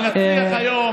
ונצליח היום,